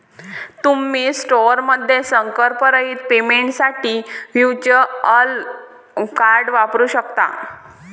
तुम्ही स्टोअरमध्ये संपर्करहित पेमेंटसाठी व्हर्च्युअल कार्ड वापरू शकता